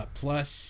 plus